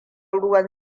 ruwan